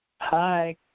Hi